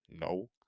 No